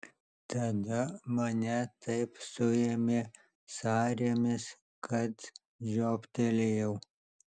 tada mane taip suėmė sąrėmis kad žioptelėjau